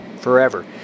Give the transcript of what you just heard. forever